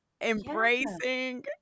Embracing